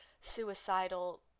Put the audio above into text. suicidal